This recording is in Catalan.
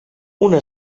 una